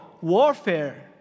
warfare